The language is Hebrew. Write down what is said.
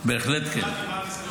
בהחלט כן.